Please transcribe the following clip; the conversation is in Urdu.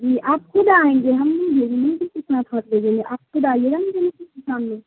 جی آپ خود آئیں گے ہم نہیں دے گ کہ کتنا تھوٹ لے دیںے آپ خود ڈائیے گا دے ک کے سام میں